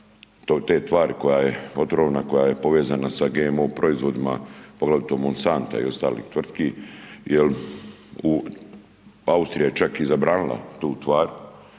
te tvari koja je otrovna koja je povezna sa GMO proizvoda poglavito Monsanta i ostalih tvrtki jel Austrija je čak i zabranila tu tvar.